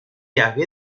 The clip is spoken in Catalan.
hagué